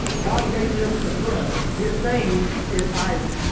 god gave them a son. his name is isaac.